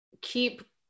keep